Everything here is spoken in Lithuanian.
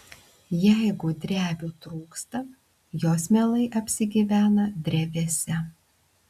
jeigu drevių trūksta jos mielai apsigyvena drevėse